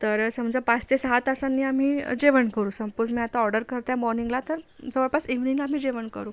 तर समजा पाच ते सहा तासांनी आम्ही जेवण करू सपोज मी आता ऑर्डर करतेय मॉर्निंगला तर जवळपास इव्हीनिंगला आम्ही जेवण करू